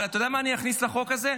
אבל אתה יודע מה אני אכניס לחוק הזה?